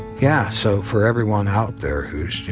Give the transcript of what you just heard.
yeah. so for everyone out there who's, you